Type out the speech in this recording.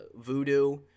voodoo